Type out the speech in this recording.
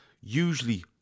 usually